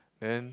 and then